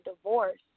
divorce